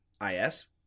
I-S